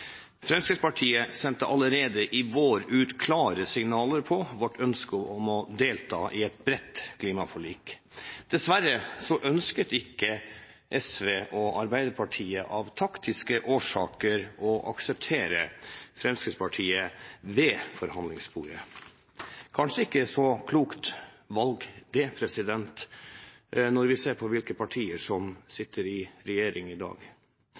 Fremskrittspartiet sendte allerede i vår ut klare signaler på vårt ønske om å delta i et bredt klimaforlik. Dessverre ønsket ikke SV og Arbeiderpartiet av taktiske årsaker å akseptere Fremskrittspartiet ved forhandlingsbordet. Kanskje ikke så klokt valg når vi ser hvilke partier som sitter i regjering i dag.